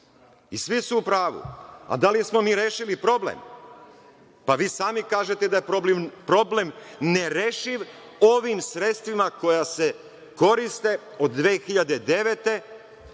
I, svi su u pravu, a da li smo mi rešili problem? Pa, vi sami kažete da je problem nerešiv ovim sredstvima koja se koriste od 2009.